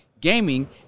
gaming